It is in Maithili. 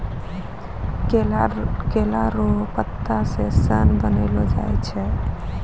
केला लो पत्ता से सन बनैलो जाय छै